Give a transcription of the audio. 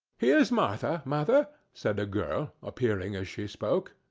here's martha, mother! said a girl, appearing as she spoke.